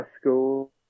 school